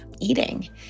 eating